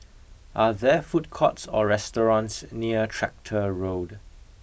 are there food courts or restaurants near Tractor Road